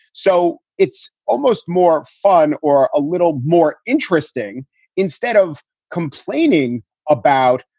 so it's almost more fun or a little more interesting instead of complaining about.